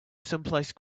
someplace